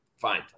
Fine